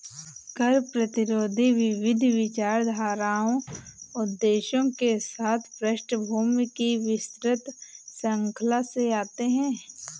कर प्रतिरोधी विविध विचारधाराओं उद्देश्यों के साथ पृष्ठभूमि की विस्तृत श्रृंखला से आते है